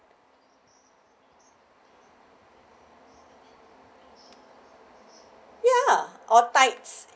ya all tights